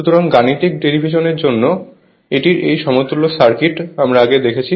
সুতরাং গাণিতিক ডেরিভেশনের জন্য এটির এই সমতুল্য সার্কিট আমরা আগে দেখেছি